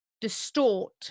distort